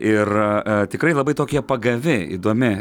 ir tikrai labai tokia pagavi įdomi